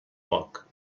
poc